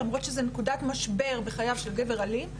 למרות שזאת נקודת משבר בחייו של גבר אלים,